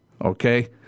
okay